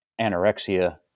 anorexia